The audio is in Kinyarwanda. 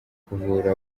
kuvura